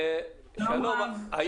שלום רב, אדוני היושב-ראש.